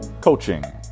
coaching